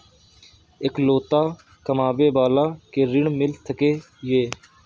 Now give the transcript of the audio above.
इकलोता कमाबे बाला के ऋण मिल सके ये?